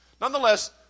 Nonetheless